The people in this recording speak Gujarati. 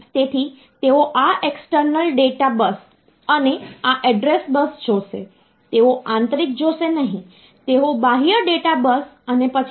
તેથી જો આપણે કોઈપણ નંબરવાળી સિસ્ટમ વિશે વાત કરીએ તો તેમાં એક મહત્વપૂર્ણ ભાગ હોય છે જેને નંબર સિસ્ટમનો આધાર કહેવામાં આવે છે